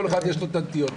לכל אחד יש את הנטיות שלו.